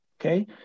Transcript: okay